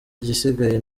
igisigaye